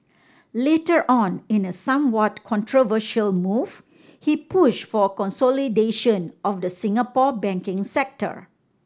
later on in a somewhat controversial move he pushed for consolidation of the Singapore banking sector